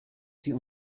sie